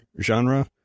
genre